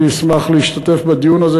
אני אשמח להשתתף בדיון הזה,